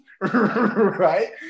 right